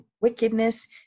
wickedness